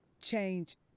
change